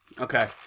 Okay